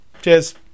Cheers